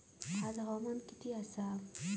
आज हवामान किती आसा?